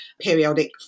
periodic